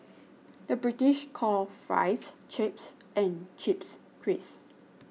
the British calls Fries Chips and Chips Crisps